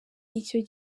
icyo